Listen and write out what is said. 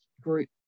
group